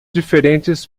diferentes